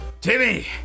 Timmy